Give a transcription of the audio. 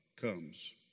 comes